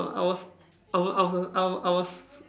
I was I was I was I was